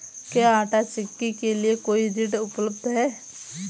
क्या आंटा चक्की के लिए कोई ऋण उपलब्ध है?